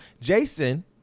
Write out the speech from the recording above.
Jason